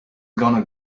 gonna